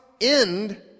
end